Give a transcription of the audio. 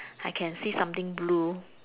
I can see something blue